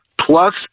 Plus